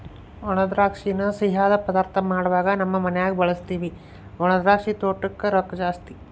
ಒಣದ್ರಾಕ್ಷಿನ ಸಿಯ್ಯುದ್ ಪದಾರ್ಥ ಮಾಡ್ವಾಗ ನಮ್ ಮನ್ಯಗ ಬಳುಸ್ತೀವಿ ಒಣದ್ರಾಕ್ಷಿ ತೊಟೂಗ್ ರೊಕ್ಕ ಜಾಸ್ತಿ